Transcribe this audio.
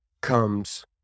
comes